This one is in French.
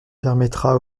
permettra